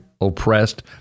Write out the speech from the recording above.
oppressed